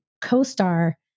co-star